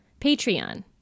Patreon